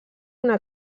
una